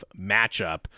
matchup